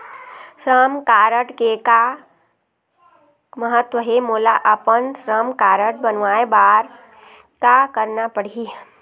श्रम कारड के का महत्व हे, मोला अपन श्रम कारड बनवाए बार का करना पढ़ही?